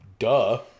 Duh